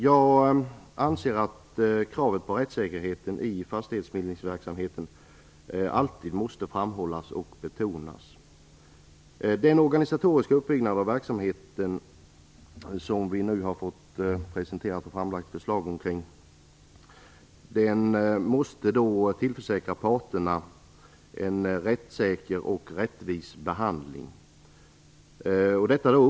Jag anser att kravet på rättssäkerheten i fastighetsbildningsverksamheten alltid måste framhållas och betonas. Den organisatoriska uppbyggnad av verksamheten som vi har fått ett förslag om måste tillförsäkra parterna en rättvis och rättssäker behandling.